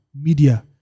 media